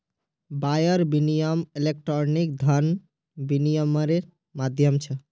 wire विनियम electronic धन विनियम्मेर माध्यम छ